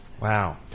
Wow